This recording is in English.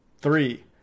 three